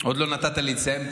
עוד לא נתת לי לסיים,